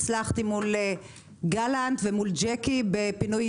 הצלחתי מול גלנט ומול ג'קי בפינוי